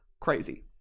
Crazy